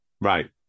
right